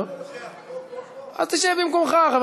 חבר